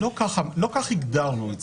לא כך הגדרנו את זה.